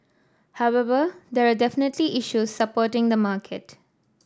however there are definitely issues supporting the market